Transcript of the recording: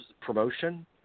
promotion